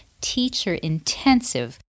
teacher-intensive